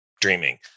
dreaming